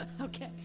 okay